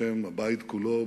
בשם הבית כולו,